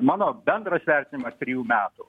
mano bendras vertinimas trijų metų